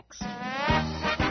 next